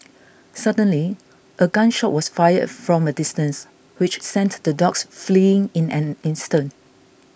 suddenly a gun shot was fired from a distance which sent the dogs fleeing in an instant